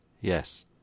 Yes